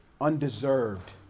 undeserved